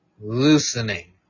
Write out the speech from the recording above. loosening